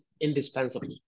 indispensable